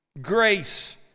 Grace